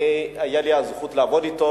היתה לי הזכות לעבוד אתו.